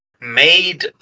made